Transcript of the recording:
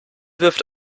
wirft